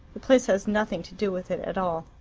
the place has nothing to do with it at all.